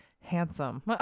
Handsome